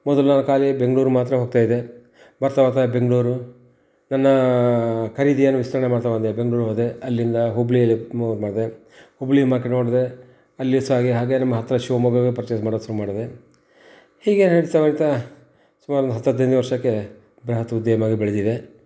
ಮೊದಲು ನಾನು ಖಾಲೀ ಬೆಂಗ್ಳೂರಿಗೆ ಮಾತ್ರ ಹೋಗ್ತಾಯಿದ್ದೆ ಬರ್ತಾ ಬರ್ತಾ ಬೆಂಗ್ಳೂರು ನನ್ನಾ ಖರೀದಿಯನ್ನು ವಿಸ್ತರಣೆ ಮಾಡ್ತಾ ಬಂದೆ ಬೆಂಗ್ಳೂರಿಗ್ ಹೋದೆ ಅಲ್ಲಿಂದಾ ಹುಬ್ಳಿಯಲ್ಲಿ ಮಾಡಿದೆ ಹುಬ್ಬಳ್ಳಿ ಮಾರ್ಕೇಟ್ ನೋಡಿದೆ ಅಲ್ಲಿ ಸಹ ಹಾಗೆ ಹಾಗೆ ನಮ್ಮ ಹತ್ತಿರ ಶಿವಮೊಗ್ಗದಲ್ಲಿ ಪರ್ಚೇಸ್ ಮಾಡೋಕೆ ಶುರು ಮಾಡಿದೆ ಹೀಗೆ ಸುಮಾರು ಒಂದು ಹತ್ತು ಹದಿನೈದನೇ ವರ್ಷಕ್ಕೆ ಬೃಹತ್ ಉದ್ಯಮವಾಗಿ ಬೆಳೆದಿದೆ